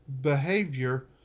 behavior